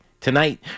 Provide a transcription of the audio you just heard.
Tonight